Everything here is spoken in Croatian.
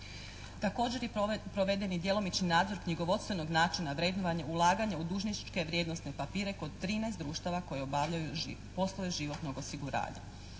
Također je proveden i djelomični nadzor knjigovodstvenog načina vrednovanja, ulaganja u dužničke vrijednosne papire kod 13 društava koje obavljaju poslove životnog osiguranja.